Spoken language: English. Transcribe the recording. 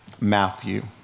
Matthew